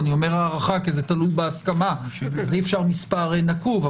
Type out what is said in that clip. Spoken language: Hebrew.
אי אפשר מספר נקוב,